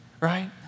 Right